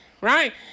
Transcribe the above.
right